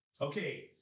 Okay